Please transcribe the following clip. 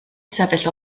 sefyll